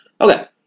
Okay